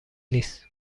نیست